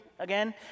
Again